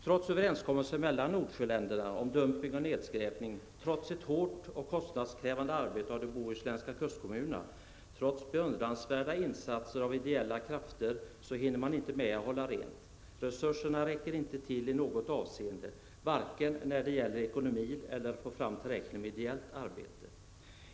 Trots överenskommelser mellan Nordsjöländerna om dumpning och nedskräpning, trots ett hårt och kostnadskrävande arbete utfört av de bohuslänska kommunerna och trots beundrandsvärda insatser av ideella krafter, hinner man inte med att hålla rent. Resurserna räcker inte till i något avseende, vare sig när det gäller ekonomin eller i fråga om att få fram tillräckligt med ideellt arbete.